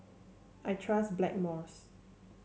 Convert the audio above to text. I trust Blackmores